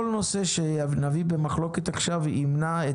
כל נושא שנביא במחלוקת עכשיו ימנע את